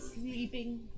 sleeping